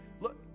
Look